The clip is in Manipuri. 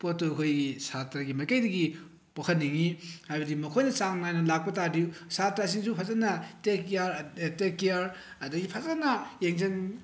ꯄꯣꯠꯇꯨ ꯑꯩꯈꯣꯏꯒꯤ ꯁꯥꯇ꯭ꯔꯒꯤ ꯃꯥꯏꯀꯩꯗꯒꯤ ꯄꯣꯛꯍꯟꯅꯤꯡꯏ ꯍꯥꯏꯕꯗꯤ ꯃꯈꯣꯏꯅ ꯆꯥꯡ ꯅꯥꯏꯅ ꯂꯥꯛꯄ ꯇꯥꯔꯗꯤ ꯁꯥꯇ꯭ꯔꯁꯤꯁꯨ ꯐꯖꯅ ꯇꯦꯛ ꯀꯤꯌꯥꯔ ꯇꯦꯛ ꯀꯤꯌꯥꯔ ꯑꯗꯨꯗꯒꯤ ꯐꯖꯅ ꯌꯦꯡꯁꯟ